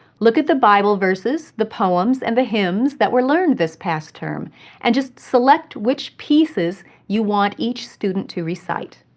look at the bible verses, the poems, and the hymns that were learned this past term and select which pieces you want each student to recite.